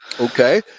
Okay